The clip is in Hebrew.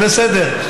זה בסדר.